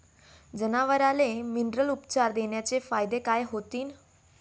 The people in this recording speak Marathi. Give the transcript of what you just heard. जनावराले मिनरल उपचार देण्याचे फायदे काय होतीन?